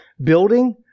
building